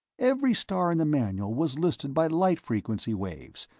every star in the manual was listed by light-frequency waves,